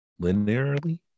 linearly